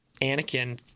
Anakin